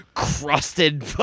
Crusted